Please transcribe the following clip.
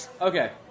Okay